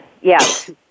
Yes